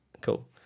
Cool